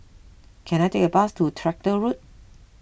can I take a bus to Tractor Road